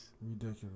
Ridiculous